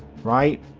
right?